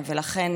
ולכן